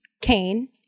Cain